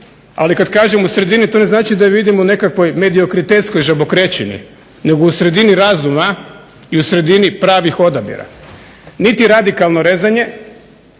ali kad kažem u sredini to ne znači da ih vidim u nekakvoj mediokritetskoj žabokrečini nego u sredini razuma i u sredini pravih odabira. Niti radikalno rezanje,